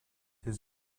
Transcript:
his